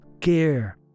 care